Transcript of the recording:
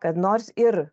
kad nors ir